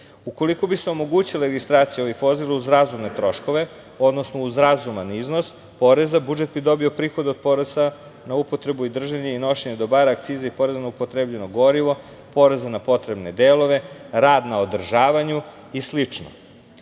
prihoda. Ukoliko bi se omogućile registracije ovim vozila uz razumne troškove, odnosno uz razuman iznos poreza, budžet bi dobio prihod od poreza na upotrebu, držanje i nošenje dobara, akciza i poreza na ne upotrebljeno gorivo, poreza na potrebne delove, rad na održavanju i